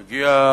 הוא הגיע,